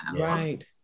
Right